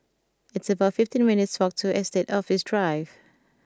it's about fifteen minutes' walk to Estate Office Drive